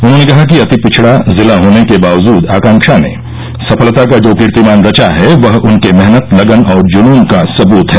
उन्होंने कहा कि अति पिछड़ा जिला होने के बावजूद आकांक्षा ने सफलता का जो कीर्तिमान रचा है वह उनके मेहनत लगन और जुनून का सबूत है